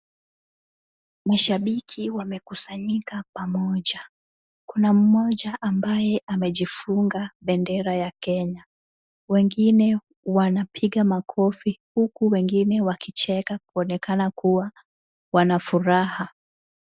Mashabiki wamekusanyika pamoja. Kuna mmoja ambaye amejifunga bendera ya Kenya. Wengine wanapiga makofi huku wengine wakicheka, kuonekana kuwa wana furaha.